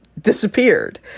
disappeared